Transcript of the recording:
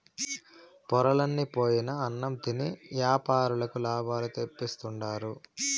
పొరలన్ని పోయిన అన్నం తిని యాపారులకు లాభాలు తెప్పిస్తుండారు